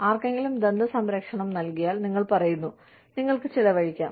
ആർക്കെങ്കിലും ദന്ത സംരക്ഷണം നൽകിയാൽ നിങ്ങൾ പറയുന്നു നിങ്ങൾക്ക് ചെലവഴിക്കാം